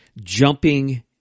jumping